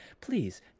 Please